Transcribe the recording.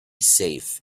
safe